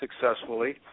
successfully